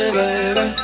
baby